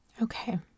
Okay